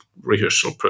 rehearsal